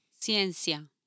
Ciencia